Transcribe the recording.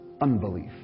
unbelief